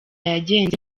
yagenze